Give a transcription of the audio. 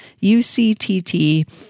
UCTT